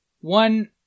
one